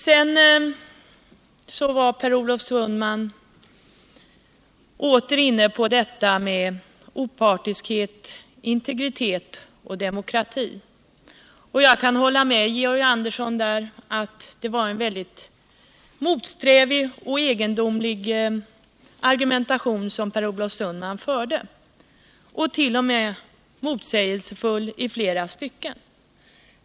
Sedan var Per Olof Sundman åter inne på detta med opartiskhet, integritet och demokrati. Jag kan hålla med Georg Andersson om att det var en väldigt motsträvig och egendomlig argumentation som Per Olof Sundman förde. Den vart.o.m. motsägelsefull i flera stycken.